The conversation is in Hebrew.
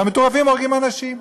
והמטורפים הורגים אנשים.